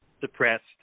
depressed